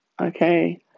Okay